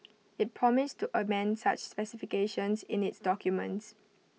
IT promised to amend such specifications in its documents